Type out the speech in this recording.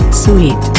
sweet